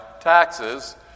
taxes